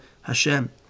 Hashem